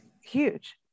huge